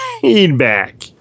feedback